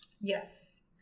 Yes